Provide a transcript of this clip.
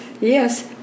Yes